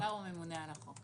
ראש הממשלה הוא הממונה על החוק.